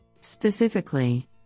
Specifically